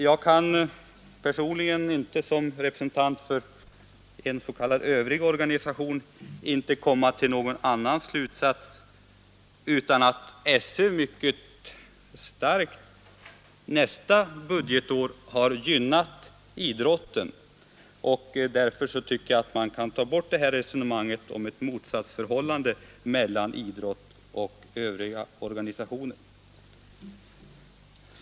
Jag kan personligen inte, som representant för en av de s.k. övriga organisationerna, komma till någon annan slutsats än att skolöverstyrelsen för nästa budgetår mycket starkt har gynnat idrotten. Därför tycker jag att man kan upphöra med resonemanget om ett motsatsförhållande mellan idrottens organisationer och övriga organisationer.